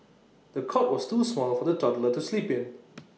the cot was too small for the toddler to sleep in